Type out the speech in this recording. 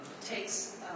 takes